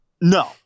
No